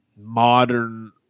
modern